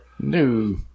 No